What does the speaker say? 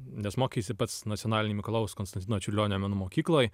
nes mokeisi pats nacionalinėj mikalojaus konstantino čiurlionio menų mokykloj